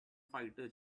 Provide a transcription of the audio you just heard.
fighter